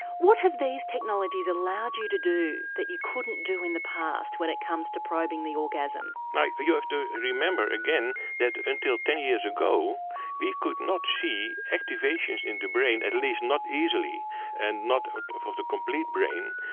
what have these technologies allowed you to do that you couldn't do in the past when it comes to probing the orgasm? right, you have to remember again that until ten years ago we could not see activations in the brain at least not easily and not ah of of the complete brain.